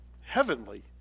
heavenly